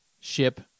ship